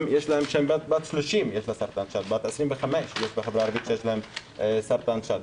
שבת 30 יש לה סרטן שד, בת 25 יש לה סרטן שד.